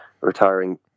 retiring